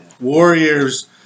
warriors